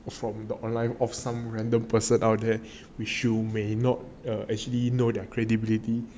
from the online or some random person out there which you may not actually know their credibility